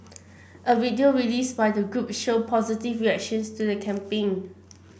a video released by the group showed positive reactions to the campaign